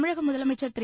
தமிழக முதலமைச்சர் திரு